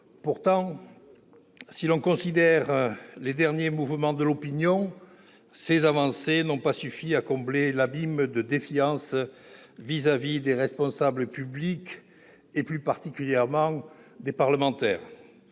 Pourtant, si l'on considère les derniers mouvements de l'opinion, ces avancées n'ont pas suffi pour combler l'abîme de défiance qui sépare les citoyens des responsables publics, et plus particulièrement des parlementaires.